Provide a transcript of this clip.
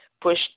push